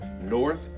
north